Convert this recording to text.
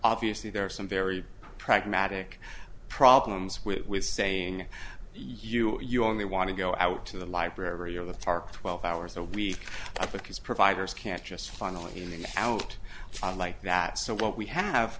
obviously there are some very pragmatic problems with with saying you you only want to go out to the library or the tarc twelve hours a week because providers can't just finally in and out like that so what we have